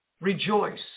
Rejoice